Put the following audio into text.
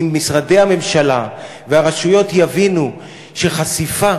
אם משרדי הממשלה והרשויות יבינו שחשיפה